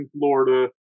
Florida